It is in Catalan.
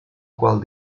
qual